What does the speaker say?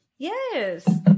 Yes